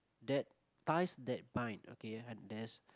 that ties that bind okay and there's